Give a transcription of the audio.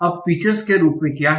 अब फीचर्स के रूप क्या हैं